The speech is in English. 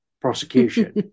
prosecution